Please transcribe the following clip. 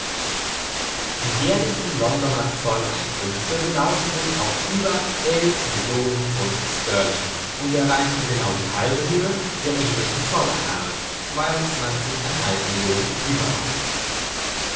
die jährlichen londoner zoll einkünfte belaufen sich auf über millionen pfd st und erreichen genau die halbe höhe der englischen zoll einnahme überhaupt